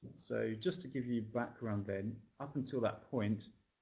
so just to give you background then. up until that point,